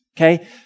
okay